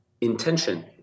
intention